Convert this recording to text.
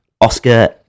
Oscar